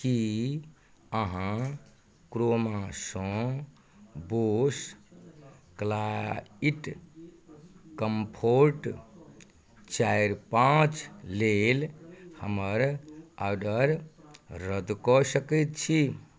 की अहाँ क्रोमासँ Bose quiet comfort चारि पाँच लेल हमर ऑर्डर रद्द कऽ सकैत छी